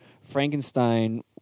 Frankenstein